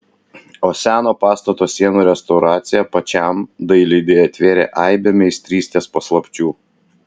o seno pastato sienų restauracija pačiam dailidei atvėrė aibę meistrystės paslapčių